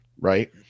Right